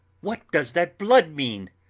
what does that blood mean?